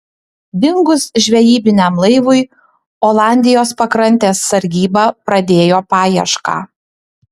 dingus žvejybiniam laivui olandijos pakrantės sargyba pradėjo paiešką